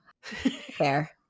Fair